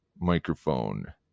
microphone